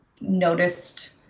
noticed